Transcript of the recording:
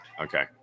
Okay